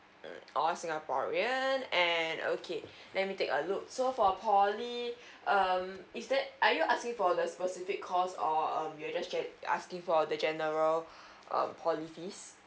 mm all singaporean and okay let me take a look so for poly um is that are you asking for the specific course or um you just chec~ asking for the general um poly fees